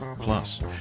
Plus